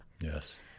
Yes